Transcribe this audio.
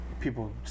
People